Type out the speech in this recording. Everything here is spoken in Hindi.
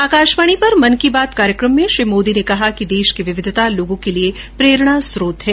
आकाशवाणी पर मन की बात कार्यक्रम में श्री मोदी ने कहा कि देश की विशालता और विविधता लोगों के लिए प्रेरणास्त्रोत है